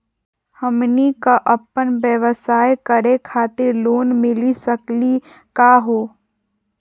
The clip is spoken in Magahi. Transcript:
हमनी क अपन व्यवसाय करै खातिर लोन मिली सकली का हो?